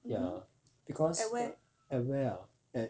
ya because at where ah at